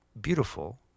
beautiful